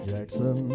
Jackson